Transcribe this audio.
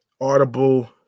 Audible